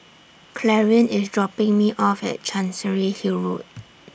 Clarine IS dropping Me off At Chancery Hill Road